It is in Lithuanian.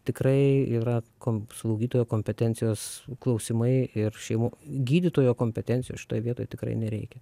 tikrai yra komp slaugytojo kompetencijos klausimai ir šeimo gydytojo kompetencijos šitoj vietoj tikrai nereikia